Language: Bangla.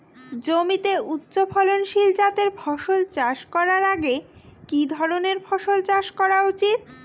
জমিতে উচ্চফলনশীল জাতের ফসল চাষ করার আগে কি ধরণের ফসল চাষ করা উচিৎ?